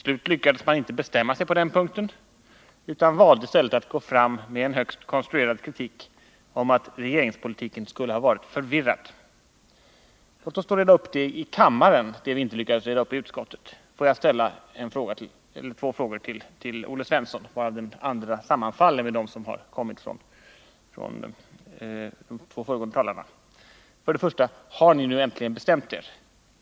Man lyckades inte bestämma sig på den punkten utan valde till slut att i stället gå fram med en högst konstruerad kritik gentemot vad man kallade en förvirrad regeringspolitik. Låt oss då här i kammaren reda upp det som vi inte lyckades reda upp i utskottet. Jag vill ställa två frågor till Olle Svensson, varav den andra sammanfaller med de frågor som ställts av de två föregående talarna. För det första: Har ni nu äntligen bestämt er?